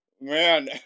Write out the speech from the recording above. Man